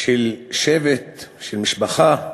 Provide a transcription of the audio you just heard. של שבט, של משפחה,